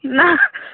نہَ